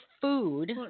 food